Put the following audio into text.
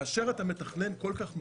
כאשר אתה מתכנן כל כך מהר,